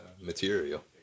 material